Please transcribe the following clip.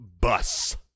bus